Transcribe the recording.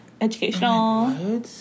educational